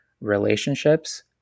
relationships